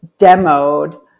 demoed